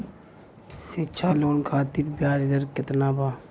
शिक्षा लोन खातिर ब्याज दर केतना बा?